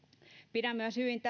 pidän